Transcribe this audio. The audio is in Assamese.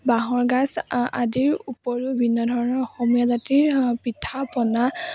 বাঁহৰ গাজ আদিৰ উপৰিও বিভিন্ন ধৰণৰ অসমীয়া জাতিৰ পিঠা পনা